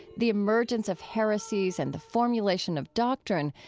the emergence of heresies and the formulation of doctrine,